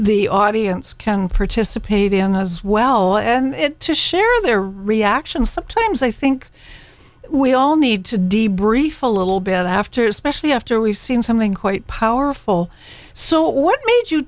the audience can participate in as well and to share their reactions sometimes i think we all need to de brief a little bit after especially after we've seen something quite our full so